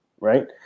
right